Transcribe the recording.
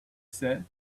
said